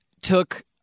took